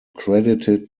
credited